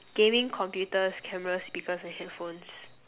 gaming computers cameras speakers and headphones